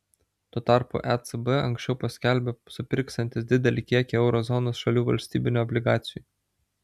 tuo tarpu ecb anksčiau paskelbė supirksiantis didelį kiekį euro zonos šalių valstybinių obligacijų